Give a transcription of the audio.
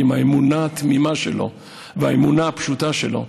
ועם האמונה התמימה שלו והאמונה הפשוטה שלו,